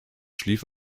schlief